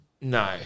No